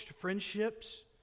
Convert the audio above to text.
friendships